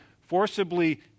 forcibly